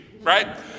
right